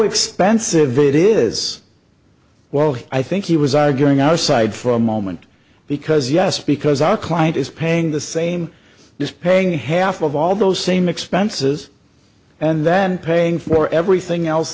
expensive it is well i think he was arguing our side for a moment because yes because our client is paying the same just paying half of all those same expenses and then paying for everything else